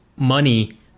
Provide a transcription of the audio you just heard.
money